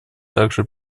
также